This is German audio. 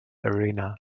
arena